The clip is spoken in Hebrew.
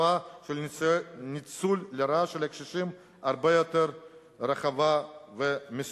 התופעה של ניצול לרעה של הקשישים היא הרבה יותר רחבה ומסוכנת,